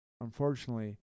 Unfortunately